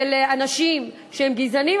אנשים שהם גזענים,